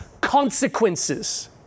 consequences